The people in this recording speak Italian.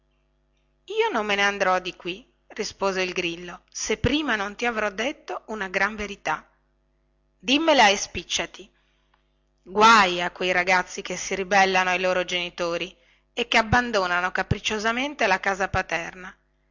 io non me ne anderò di qui rispose il grillo se prima non ti avrò detto una gran verità dimmela e spìcciati guai a quei ragazzi che si ribellano ai loro genitori e che abbandonano capricciosamente la casa paterna